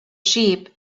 sheep